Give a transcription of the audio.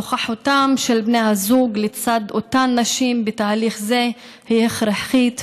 נוכחותם של בני הזוג לצד אותן נשים בתהליך זה היא הכרחית וחשובה,